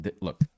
look